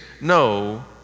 no